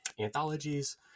anthologies